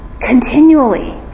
continually